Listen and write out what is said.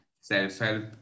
self-help